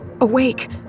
awake